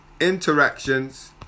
interactions